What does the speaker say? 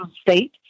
state